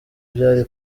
byari